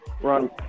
Run